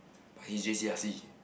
but he J_C ah